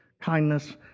kindness